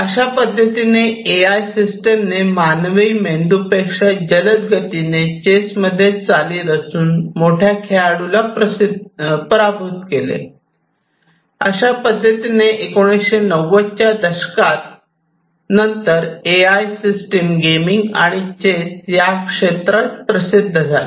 अशा पद्धतीने A I system ने मानवी मेंदू पेक्षा जलदगतीने चेस मध्ये चाली रचून मोठ्या खेळाडूला पराभूत केले आणि अशा पद्धतीने 1990 च्या दशकात नंतर ए आय सिस्टम गेमिंग आणि चेस साठी या क्षेत्रात प्रसिद्ध झाल्या